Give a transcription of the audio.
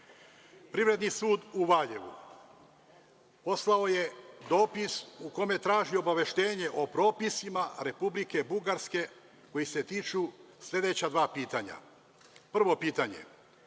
Privredni sud u Valjevu poslao je dopis u kome traži obaveštenje o propisima Republike Bugarske koji se tiču sledeća dva pitanja. Prvo pitanje